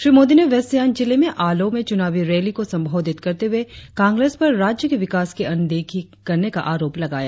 श्री मोदी ने वेस्ट सियांग जिले में आलो में चूनावी रैली को संबोधित करते हुए कांग्रेस पर राज्य के विकास की अनदेखी करने का आरोप लगाया